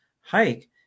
hike